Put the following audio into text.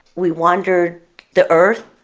we wandered the earth,